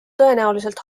tõenäoliselt